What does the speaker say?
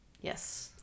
Yes